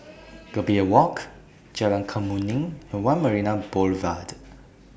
Gambir Walk Jalan Kemuning and one Marina Boulevard